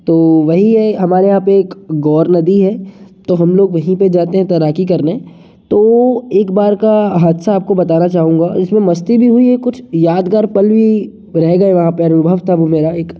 तो वही है हमारे यहाँ पे एक गौर नदी है तो हम लोग वहीं पे जाते हैं तैराकी करने तो एक बार का हादसा आपको बताना चाहूँगा जिसमें मस्ती भी हुई है कुछ यादगार पल भी रह गए वहाँ पे अनुभव था वो मेरा एक